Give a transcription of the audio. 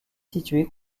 situé